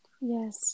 Yes